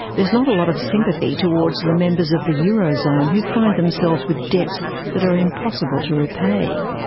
there's not a lot of sympathy towards the members of the eurozone who find themselves with debts that are impossible to repay.